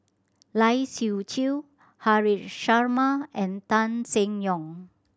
Lai Siu Chiu Haresh Sharma and Tan Seng Yong